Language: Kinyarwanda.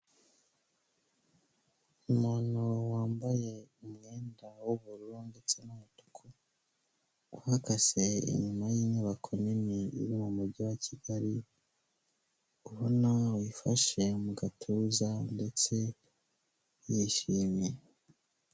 Umuntu wambaye umwenda w'ubururu ndetse n'umutuku, uhagaze inyuma y'inyubako nini iri mu mujyi wa Kigali, ubona wifashe mu gatuza ndetse yishimye.